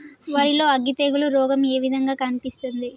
వరి లో అగ్గి తెగులు రోగం ఏ విధంగా కనిపిస్తుంది?